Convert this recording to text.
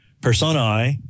personae